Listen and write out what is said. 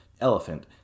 Elephant